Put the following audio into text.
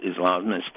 Islamist